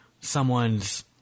someone's